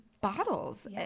bottles